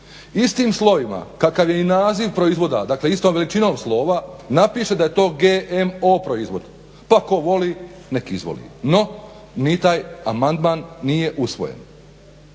istim slovima kakav je i naziv proizvoda, dakle istom veličinom slova napiše da je to GMO proizvod pa tko voli nek izvoli. No ni taj amandman nije usvojen,